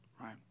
right